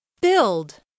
Build